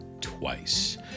twice